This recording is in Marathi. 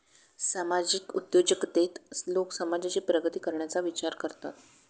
सामाजिक उद्योजकतेत लोक समाजाची प्रगती करण्याचा विचार करतात